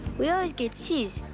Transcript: we always get cheese.